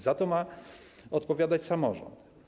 Za to ma odpowiadać samorząd.